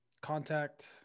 contact